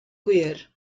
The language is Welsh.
gwir